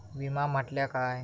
विमा म्हटल्या काय?